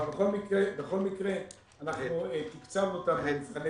אבל בכל מקרה אנחנו תקצבנו אותם במבחני